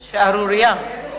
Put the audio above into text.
שערורייה.